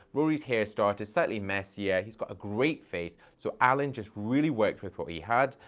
rory's hair started slightly messier. he's got a great face. so alan just really worked with what he had,